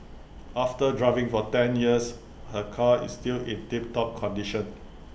after driving for ten years her car is still in tip top condition